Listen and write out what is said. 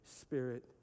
spirit